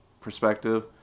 perspective